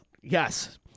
yes